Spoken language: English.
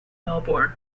melbourne